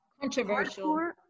controversial